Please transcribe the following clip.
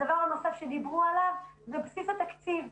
דבר נוסף שדיברו עליו זה בסיס התקציב.